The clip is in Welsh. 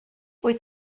wyt